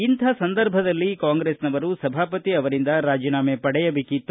ಇಂತಹ ಸಂದರ್ಭದಲ್ಲಿ ಕಾಂಗ್ರೆಸ್ನವರು ಸಭಾಪತಿ ಅವರಿಂದ ರಾಜೀನಾಮೆ ಪಡೆಯಬೇಕಿತ್ತು